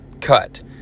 cut